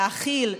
להאכיל,